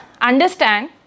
understand